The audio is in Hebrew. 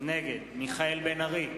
נגד יעקב אדרי,